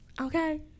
Okay